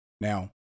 Now